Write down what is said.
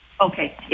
Okay